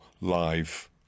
live